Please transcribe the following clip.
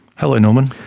hello norman.